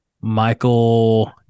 Michael